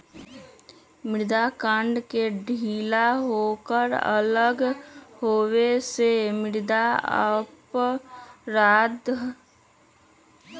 मृदा कण के ढीला होकर अलग होवे से मृदा अपरदन होबा हई